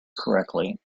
correctly